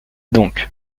donc